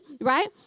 right